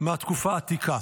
מהתקופה העתיקה.